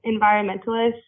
environmentalists